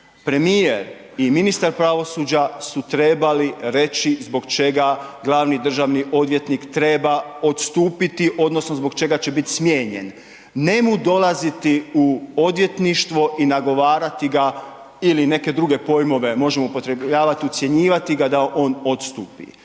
Premijer i ministar pravosuđa su trebali reći zbog čega glavni državni odvjetnik treba odstupiti odnosno zbog čega će biti smijenjen, ne mu dolaziti u odvjetništvo i nagovarati ga ili neke druge pojmove možemo upotrebljavati, ucjenjivati ga on odstupi.